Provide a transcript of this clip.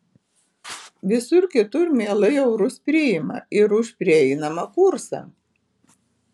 visur kitur mielai eurus priima ir už prieinamą kursą